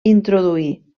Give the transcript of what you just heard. introduir